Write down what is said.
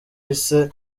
yise